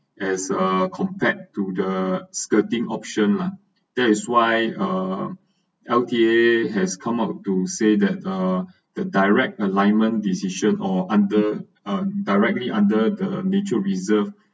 as uh compared to the skirting option lah that is why uh L_T_A has come out to say that uh the direct alignment decision or under uh directly under the nature reserved